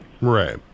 Right